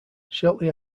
shortly